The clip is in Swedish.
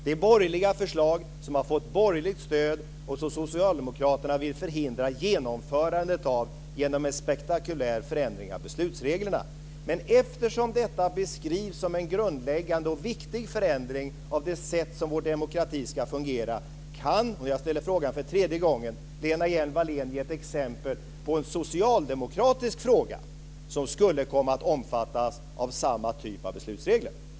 Det är borgerliga förslag som har fått borgerligt stöd och som Socialdemokraterna vill förhindra genomförandet av genom en spektakulär förändring av beslutsreglerna. Men eftersom detta beskrivs som en grundläggande och viktig förändring av det sätt på vilket vår demokrati ska fungera, ställer jag frågan för tredje gången: Kan Lena Hjelm-Wallén ge ett exempel på en socialdemokratisk fråga som skulle komma att omfattas av samma typ av beslutsregler?